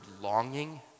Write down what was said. longing